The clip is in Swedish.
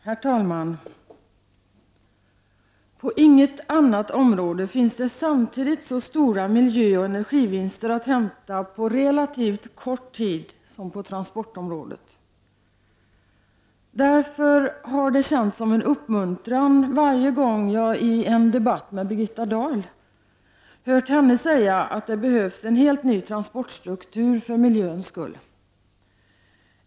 Herr talman! Inte på något annat område finns det samtidigt så stora miljöoch energivinster att hämta på relativt kort tid som på transportområdet. Därför har det känts som en uppmuntran varje gång jag i en debatt med Birgitta Dahl hört henne säga att det för miljöns skull behövs en helt ny transportstruktur.